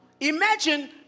imagine